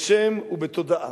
בשם ובתודעה.